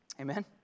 Amen